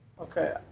Okay